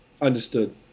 Understood